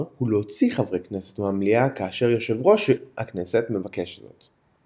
הוא להוציא חברי כנסת מהמליאה כאשר יושב ראש הכנסת מבקש זאת.